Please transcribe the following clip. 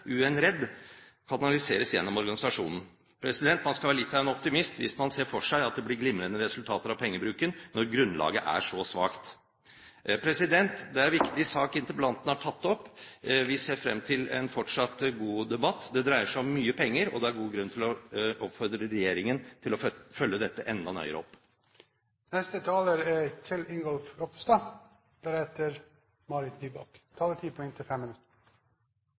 kanaliseres gjennom organisasjonen. Man skal være litt av en optimist hvis man ser for seg at det blir glimrende resultater av pengebruken når grunnlaget er så svakt. Det er en viktig sak interpellanten har tatt opp. Vi ser frem til en fortsatt god debatt. Det dreier seg om mye penger, og det er god grunn til å oppfordre regjeringen til å følge dette enda nøyere